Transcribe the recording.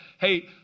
hey